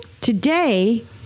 Today